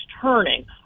turning